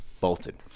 bolted